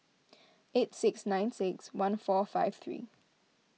eight six nine six one four five three